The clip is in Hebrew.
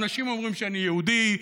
אנשים אומרים שאני יהודי,